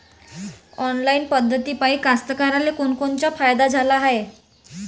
Online पद्धतीपायी कास्तकाराइले कोनकोनचा फायदा झाला हाये?